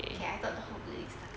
I thought the whole place is taka